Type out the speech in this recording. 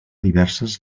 diverses